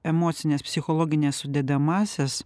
emocines psichologines sudedamąsias